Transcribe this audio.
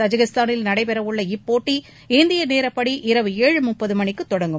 தஜிகிஸ்தானில் நடைபெறவுள்ள இப்போட்டி இந்திய நேரப்படி இரவு ஏழரை மணிக்கு தொடங்கும்